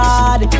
God